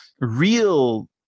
real